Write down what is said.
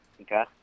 Okay